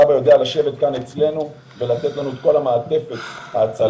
הקמנו שם שטח הצפה שהיה בשנה שעברה 60,000 קוב ל-130,000 קוב השנה,